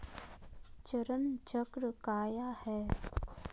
चरण चक्र काया है?